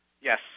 Yes